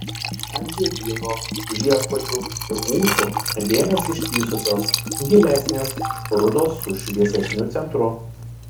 ant žiedynų žiedkočių ir ūsų dėmės ištįsusios gilesnės rudos su šviesesniu centru